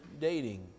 dating